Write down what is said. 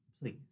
please